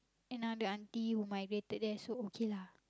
another auntie who migrated there so okay lah